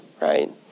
right